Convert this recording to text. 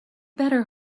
better